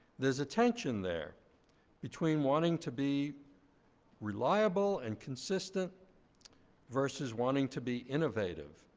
there's a tension there between wanting to be reliable and consistent verses wanting to be innovative,